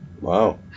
Wow